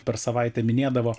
per savaitę minėdavo